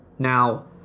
Now